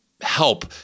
help